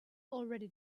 already